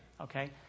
Okay